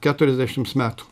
keturiasdešims metų